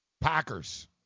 Packers